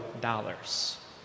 dollars